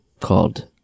Called